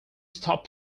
stop